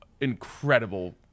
incredible